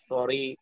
Sorry